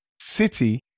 City